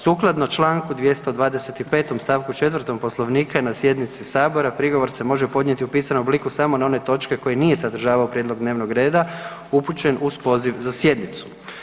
Sukladno čl. 225. st. 4. Poslovnika na sjednici sabora prigovor se može podnijeti u pisanom obliku samo na one točke koje nije sadržavao prijedlog dnevnog reda upućen uz poziv za sjednicu.